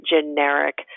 generic